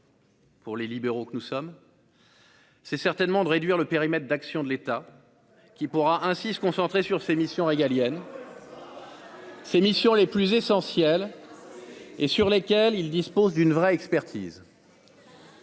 Pour les libéraux que nous sommes. C'est certainement de réduire le périmètre d'action de l'État, qui pourra ainsi se concentrer sur ses missions régaliennes. Ses missions les plus essentielles et sur lesquels il dispose d'une vraie expertise.